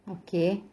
okay